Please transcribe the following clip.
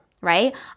right